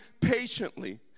patiently